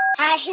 hi.